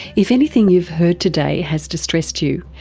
if anything you've heard today has distressed you,